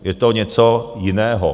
Je to něco jiného.